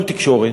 כל תקשורת